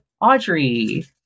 Audrey